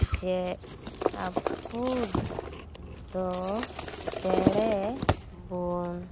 ᱪᱮᱫ ᱟᱵᱚ ᱫᱚ ᱪᱮᱬᱮ ᱵᱚᱱ